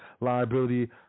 liability